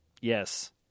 Yes